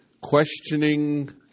questioning